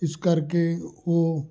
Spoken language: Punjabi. ਇਸ ਕਰਕੇ ਉਹ